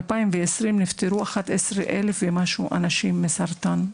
בשנת 2020, נפטרו כ-11 אלף אנשים ממחלת הסרטן.